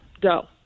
Go